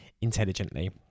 intelligently